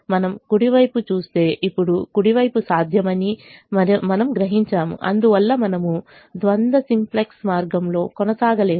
మనము కుడి వైపు చూస్తేఇప్పుడు కుడి వైపు సాధ్యమని మనము గ్రహించాము అందువల్ల మనము ద్వంద్వ సింప్లెక్స్ మార్గంలో కొనసాగలేము